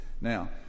Now